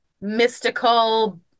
mystical